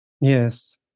Yes